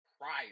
prior